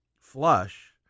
flush